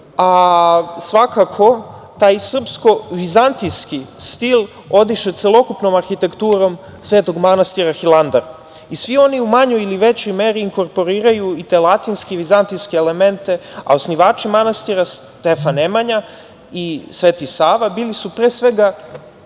juče. Svakako, taj Srpsko-vizantijski stil odiše celokupnom arhitekturom Svetog manastira Hilandar. Svi oni u manjoj ili većoj meri inkorporiraju i te latinske i vizantijske elemente, a osnivači manastira Stefan Nemanja i Sveti Sava bili su pre svega